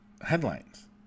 headlines